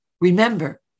Remember